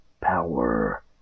power